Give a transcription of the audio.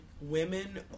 women